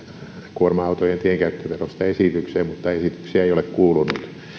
kuorma autojen tienkäyttöverosta esityksen mutta esityksiä ei ole kuulunut